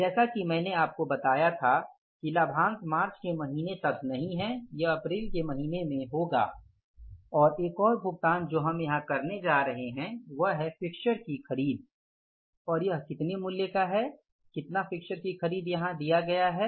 जैसा कि मैंने आपको बताया था कि लाभांश मार्च के महीने तक नहीं है यह अप्रैल के महीने में होगा और एक और भुगतान जो हम यहां करने जा रहे हैं वह है फिक्स्चेर की खरीद और यह कितने मूल्य का है कितना फिक्स्चेर की खरीद यहाँ दिया गया है